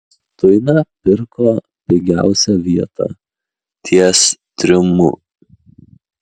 stuina pirko pigiausią vietą ties triumu